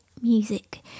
Music